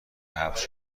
حبس